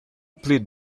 plead